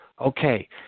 Okay